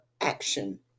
action